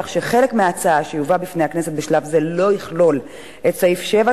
כך שחלק מההצעה שיובא בפני הכנסת בשלב זה לא יכלול את סעיף 7,